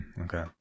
Okay